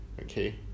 Okay